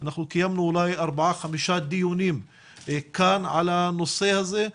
קיימנו אולי ארבעה-חמישה דיונים כאן על הנושא הזה.